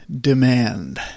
demand